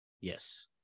Yes